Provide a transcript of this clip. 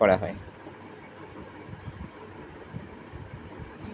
এক রকমের মোটর যন্ত্র রোটার মেশিন যাতে করে জমি চাষ করে